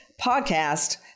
podcast